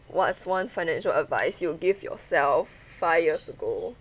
what's one financial advice you would give yourself five years ago